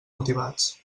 motivats